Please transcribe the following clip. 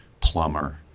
plumber